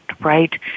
right